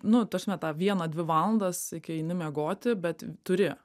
nu ta prasme tą vieną dvi valandas iki eini miegoti bet turi